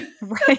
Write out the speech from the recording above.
Right